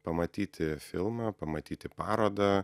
pamatyti filmą pamatyti parodą